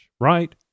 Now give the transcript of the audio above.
right